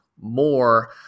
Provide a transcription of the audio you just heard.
more